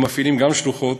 המפעילים גם שלוחות,